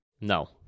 No